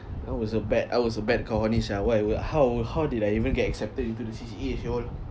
I was a bad I was a bad sia why would how how did I even get accepted into the C_C_A [siol]